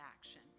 action